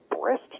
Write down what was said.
breast